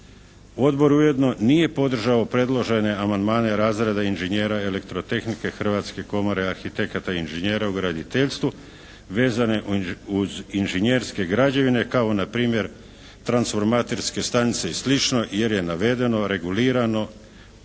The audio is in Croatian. Odbor ujedno nije podržao predložene amandmane razreda inžinjera elektrotehnike Hrvatske komore arhitekata i inžinjera u graditeljstvu vezane uz inžinjerske građevine kao na primjer transformatorske stanice i slično jer je navedeno regulirano